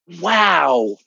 Wow